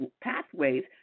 pathways